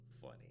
funny